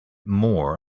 more